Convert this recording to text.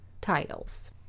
titles